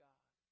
God